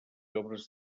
obres